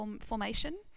formation